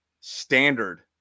standard